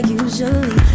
usually